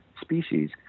species